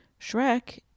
Shrek